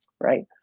right